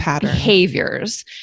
behaviors